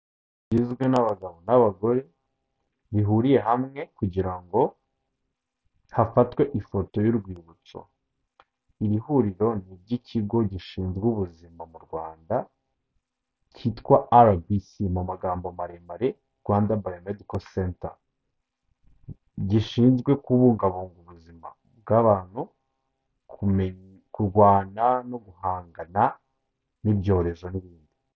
Inzu igizwe n'abagabo n'abagore, bihuriye hamwe, kugira ngo hafatwe ifoto y'urwibutso. Iri huriro, ni iry ikigo gishinzwe ubuzima mu Rwanda, cyitwa Arabisi mu magambo maremare, Rwanda bayomediko senta. Gishinzwe kubungabunga ubuzima bw'abantu, kurwana, no guhangana n'ibyorezo n'ibindi.